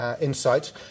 Insights